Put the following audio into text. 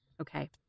Okay